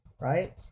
right